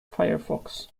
firefox